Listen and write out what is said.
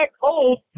cold